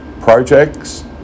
projects